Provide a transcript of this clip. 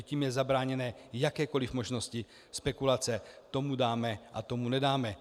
Tím je zabráněno jakékoliv možnosti spekulace tomu dáme a tomu nedáme.